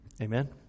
Amen